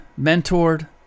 mentored